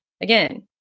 Again